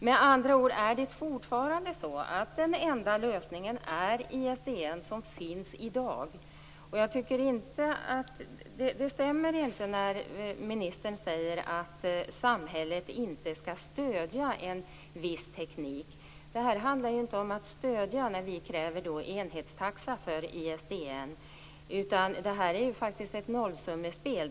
Med andra ord är det fortfarande så att den enda lösningen är ISDN, som finns i dag. Ministern säger att samhället inte skall stödja en viss teknik. Det stämmer inte. Att vi kräver enhetstaxa för ISDN handlar inte om att stödja, utan det här är faktiskt ett nollsummespel.